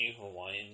Hawaiian